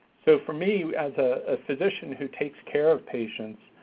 so for me, as a physician who takes care of patients,